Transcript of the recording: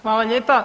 Hvala lijepa.